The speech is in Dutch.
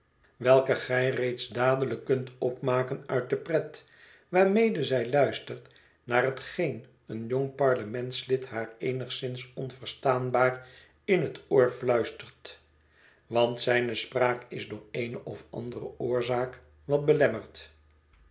welke gij reeds dadelijk kunt opmaken uit de pret waarmede zij luistert naar hetgeen een jong parlementslid haar eenigszins onverstaanbaar in het oor fluistert want zijne spraak is door eene of andere oorzaak watbelemmerd